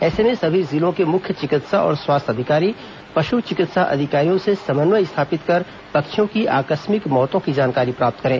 ऐसे में सभी जिलों के मुख्य चिकित्सा और स्वास्थ्य अधिकारी पश्च चिकित्सा अधिकारियों से समन्वय स्थापित कर पक्षियों के आकस्मिक मौतों की जानकारी प्राप्त करें